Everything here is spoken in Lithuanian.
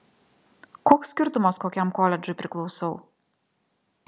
koks skirtumas kokiam koledžui priklausau